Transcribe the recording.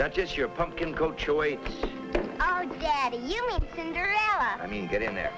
that's just your pumpkin go choice i mean get in there